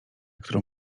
którą